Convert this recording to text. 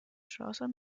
schlosser